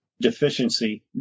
deficiency